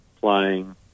playing